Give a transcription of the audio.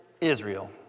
Israel